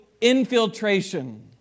infiltration